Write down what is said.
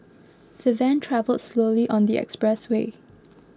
the van travelled slowly on the expressway